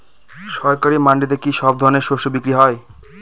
সরকারি মান্ডিতে কি সব ধরনের শস্য বিক্রি হয়?